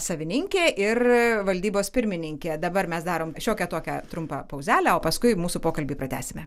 savininkė ir valdybos pirmininkė dabar mes darom šiokią tokią trumpą pauzelę o paskui mūsų pokalbį pratęsime